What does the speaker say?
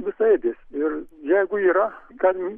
visaėdės ir jeigu yra gali